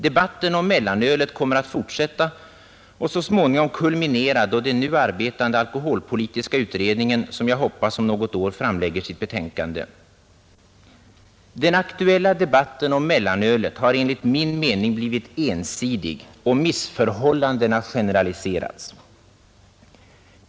Debatten om mellanölet kommer att fortsätta och så småningom kulminera då den nu arbetande alkoholpolitiska utredningen — som jag hoppas — om något år framlägger sitt betänkande. Den aktuella debatten om mellanölet har enligt min mening blivit ensidig, och missförhållandena generaliserats.